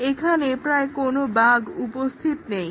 সেখানে প্রায় কোনো বাগ্ উপস্থিত নেই